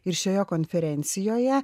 ir šioje konferencijoje